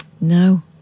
No